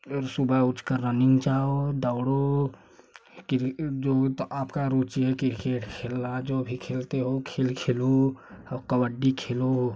रोज सुबह उजकर रनिंग जाओ दौड़ो किर्केट जो होता आपका रुचि है किर्केट खेलना जो अभी खेलते हो खेल खेलो और कबड्डी खेलो